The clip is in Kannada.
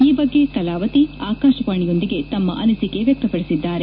ಈ ಬಗ್ಗೆ ಕಲಾವತಿ ಆಕಾಶವಾಣಿಯೊಂದಿಗೆ ತಮ್ಮ ಅನಿಸಿಕೆ ವ್ಯಕ್ತಪಡಿಸಿದ್ದಾರೆ